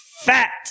Fat